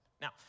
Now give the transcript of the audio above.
Now